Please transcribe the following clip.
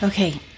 Okay